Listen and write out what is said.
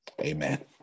amen